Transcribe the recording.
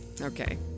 okay